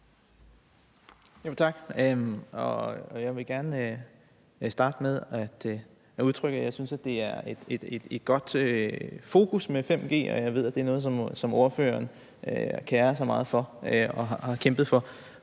Tak. Jeg vil gerne starte med at udtrykke, at jeg synes, det er et godt fokus med 5G, og jeg ved, at det er noget, ordføreren kerer sig meget om og har kæmpet for